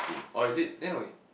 or is it eh not wait